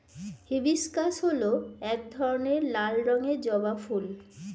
hibiscus হল এক ধরনের লাল রঙের জবা ফুল